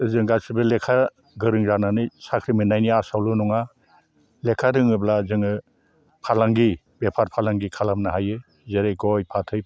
जों गासिबो लेखा गोरों जानानै साख्रि मोननायनि आसायावल' नङा लेखा रोङोब्ला जोङो फालांगि बेफार फालांगि खालामनो हायो जेरै गय फाथै